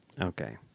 Okay